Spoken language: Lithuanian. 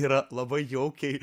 yra labai jaukiai